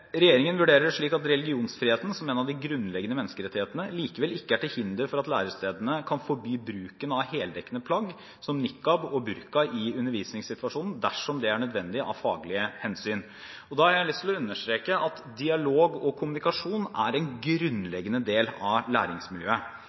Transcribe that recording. Regjeringen vurderer det slik at religionsfriheten, som en av de grunnleggende menneskerettighetene, likevel ikke er til hinder for at lærestedene kan forby bruken av heldekkende plagg som niqab og burka i undervisningssituasjonen, dersom det er nødvendig av faglige hensyn. Da har jeg lyst til å understreke at dialog og kommunikasjon er en grunnleggende del av læringsmiljøet.